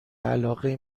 علاقه